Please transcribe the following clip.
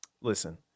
Listen